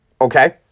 okay